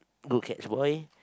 go catch boy